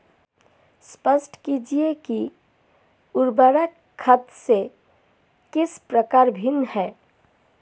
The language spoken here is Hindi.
स्पष्ट कीजिए कि उर्वरक खाद से किस प्रकार भिन्न है?